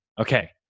Okay